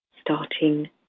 starting